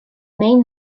main